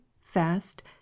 fast